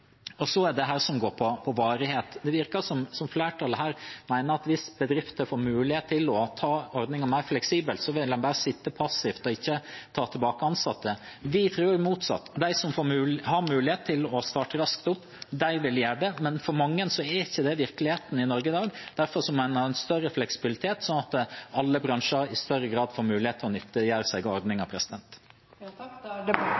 Så til det som går på varighet. Det virker som om flertallet her mener at hvis bedrifter får mulighet til å ta ordningen mer fleksibelt, vil en bare sitte passivt og ikke ta tilbake ansatte. Vi tror det er motsatt: De som har mulighet til å starte raskt opp, vil gjøre det. Men for mange er ikke det virkeligheten i Norge i dag. Derfor må en ha en større fleksibilitet, sånn at alle bransjer i større grad får mulighet til å nyttiggjøre seg ordningen. Flere har ikke bedt om ordet til sakene nr. 12 og 13. Da er